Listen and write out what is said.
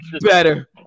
better